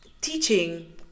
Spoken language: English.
teaching